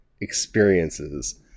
experiences